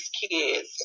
kids